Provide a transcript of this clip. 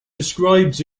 describes